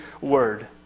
word